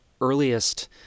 earliest